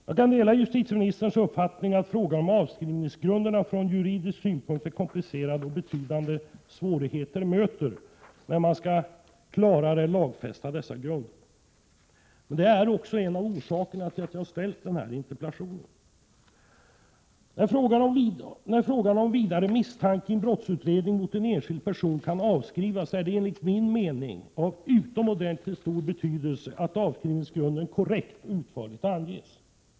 Jag kan dela justitieministerns uppfattning att frågan om avskrivningsgrunderna från juridisk synpunkt är komplicerad och att betydande svårigheter möter när man skall klarare lagfästa dessa grunder. Det är också en av orsakerna till att jag framställt denna interpellation. När frågan om vidare misstanke i en brottsutredning mot en enskild person kan avskrivas är det enligt min mening av utomordentligt stor betydelse att avskrivningsgrunden korrekt och utförligt anges.